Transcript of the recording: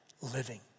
living